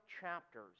chapters